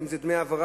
אם זה דמי ההבראה,